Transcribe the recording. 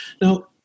Now